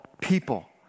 people